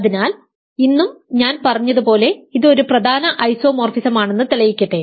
അതിനാൽ ഇന്നും ഞാൻ പറഞ്ഞതുപോലെ ഇത് ഒരു പ്രധാന ഐസോമോർ ഫിസമാണെന്ന് തെളിയിക്കട്ടെ